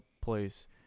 place